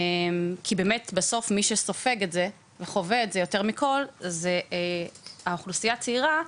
כי בסוף מי שסופג את זה וחווה את זה יותר מכל זו האוכלוסיה הצעירה,